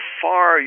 far